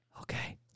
okay